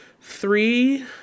three